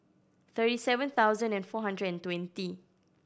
thirty seven thousand and four hundred and twenty